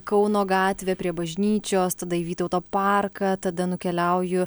kauno gatvę prie bažnyčios tada į vytauto parką tada nukeliauju